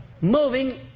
moving